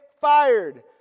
fired